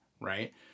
right